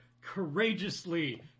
courageously